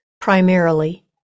primarily